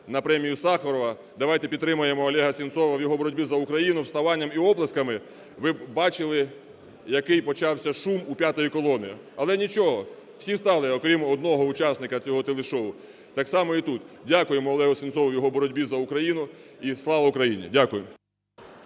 на премію Сахарова, давайте підтримаємо Олега Сенцова в його боротьбі за Україну вставанням і оплесками, ви б бачили, який почався шум у "п'ятої колони". Але нічого, всі встали, окрім одного учасника цього телешоу. Так само і тут. Дякуємо Олегу Сенцову, його боротьбі за Україну. І слава Україні! Дякую.